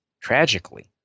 tragically